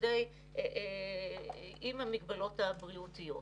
עם המגבלות הבריאותיות.